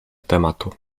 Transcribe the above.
tematu